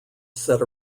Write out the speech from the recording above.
set